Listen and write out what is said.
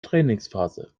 trainingsphase